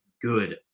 good